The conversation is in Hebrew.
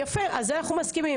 יפה, אז על זה אנחנו מסכימים.